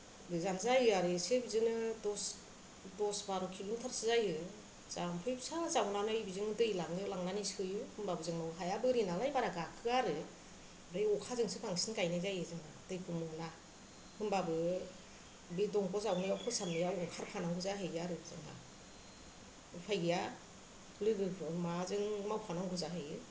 गोजान जायो आरो इसे बिदिनो दस बार' किल'मिटारसो जायो जाम्फै फिसा जावनानै बिदिनो दै लाङो लांनानै सोयो होमबाबो जोंनि हाया बोरि नालाय बारा गाखोआ आरो ओमफ्राय अखाजोंसो बांसिन गायनाय जायो जोंना दैखौ मोना ओमबाबो बे दंग' जावनायाव फोसाबनायाव ओंखारफानांगौ जाहैयो आरो जोंहा उफाय गैया लोगोफोर माजों मावफानांगौ जाहैयो